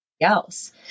else